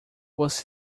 você